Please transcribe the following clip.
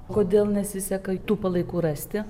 kodėl nesiseka tų palaikų rasti